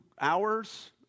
hours